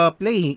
play